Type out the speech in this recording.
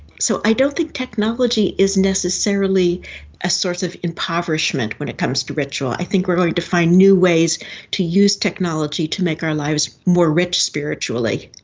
so i don't think technology is necessarily a source of impoverishment when it comes to ritual, i think we are going to find new ways to use technology to make our lives more rich spiritually.